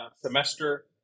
semester